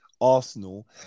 Arsenal